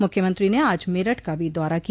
मुख्यमंत्री ने आज मेरठ का भी दौरा किया